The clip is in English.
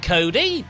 Cody